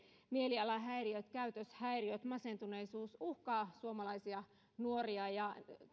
mielialahäiriöt käytöshäiriöt masentuneisuus uhkaavat suomalaisia nuoria ja